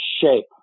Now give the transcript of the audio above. shape